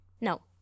No